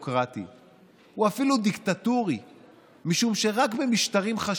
הייתה לכם הבטחה אחת: להקים ממשלת ימין על